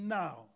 now